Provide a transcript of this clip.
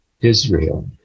Israel